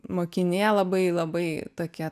mokinė labai labai tokia